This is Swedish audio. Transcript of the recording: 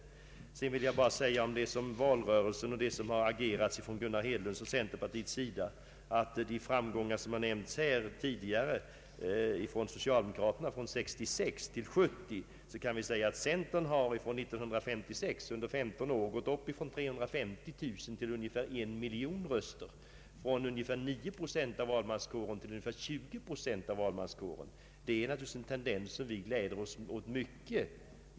Om centerns och herr Hedlunds agerande i valrörelsen vill jag bara säga — mot bakgrunden av de framgångar som nämnts för socialdemokraterna i jämförelse med 1966 — att centern från 1956 under 14 år har ökat från 350 000 till ungefär en miljon röster och från ungefär 9 procent till ungefär 20 pro cent av valmanskåren. Det är naturligtvis en tendens som vi gläder oss åt mycket.